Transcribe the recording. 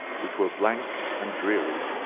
which were blank and dreary,